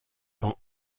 quand